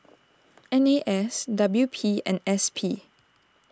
N A S W P and S P